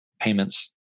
payments